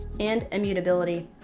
and immutability.